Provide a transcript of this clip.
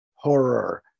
horror